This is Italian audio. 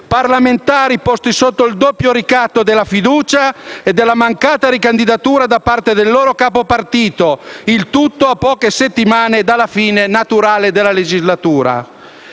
parlamentari posti sotto il doppio ricatto della fiducia e della mancata ricandidatura da parte del loro capopartito, il tutto a poche settimane dalla fine naturale della legislatura.